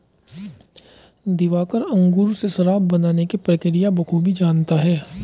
दिवाकर अंगूर से शराब बनाने की प्रक्रिया बखूबी जानता है